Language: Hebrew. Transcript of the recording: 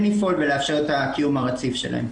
לפעול ולאפשר את הקיום הרציף שלהם.